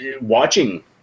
watching